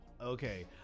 Okay